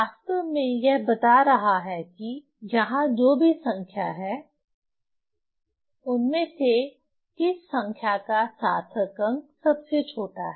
वास्तव में यह बता रहा है कि यहाँ जो भी संख्या है उनमें से किस संख्या का सार्थक अंक सबसे छोटा है